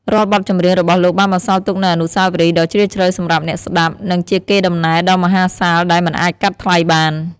រាល់បទចម្រៀងរបស់លោកបានបន្សល់ទុកនូវអនុស្សាវរីយ៍ដ៏ជ្រាលជ្រៅសម្រាប់អ្នកស្តាប់ និងជាកេរដំណែលដ៏មហាសាលដែលមិនអាចកាត់ថ្លៃបាន។